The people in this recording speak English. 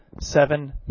seven